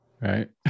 right